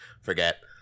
forget